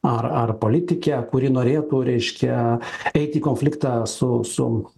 ar ar politikė kuri norėtų reiškia eit į konfliktą su su